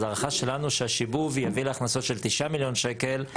אז ההערה שלנו שהשיבוב יביא להכנסות של 9 מיליון שקלים,